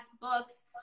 books